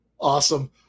Awesome